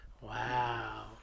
Wow